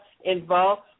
involved